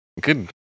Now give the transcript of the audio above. good